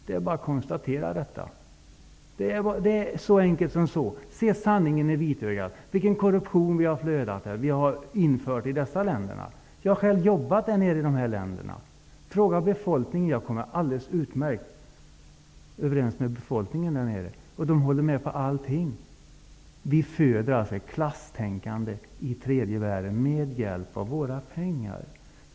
Det är bara att konstatera detta. Så enkelt är det. Se sanningen i vitögat när det gäller den korruption som vi har infört i dessa länder. Jag har själv jobbat nere i dessa länder. Fråga befolkningen! Jag kommer alldeles utmärkt överens med befolkningen där nere. De håller med mig om allting. Vi föder alltså klasstänkande i tredje världen med hjälp av våra pengar.